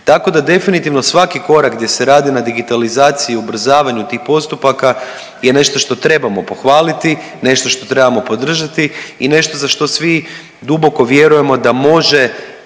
Tako da definitivno svaki korak gdje se radi na digitalizaciji i ubrzavanju tih postupaka je nešto što trebamo pohvaliti, nešto što trebamo podržati i nešto za što svi duboko vjerujemo da može